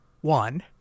one